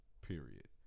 period